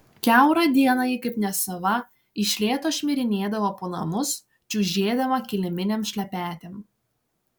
kiaurą dieną ji kaip nesava iš lėto šmirinėdavo po namus čiužėdama kiliminėm šlepetėm